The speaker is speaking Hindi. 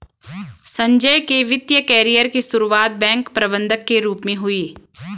संजय के वित्तिय कैरियर की सुरुआत बैंक प्रबंधक के रूप में हुई